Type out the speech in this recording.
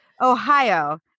Ohio